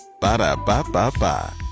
Ba-da-ba-ba-ba